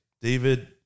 David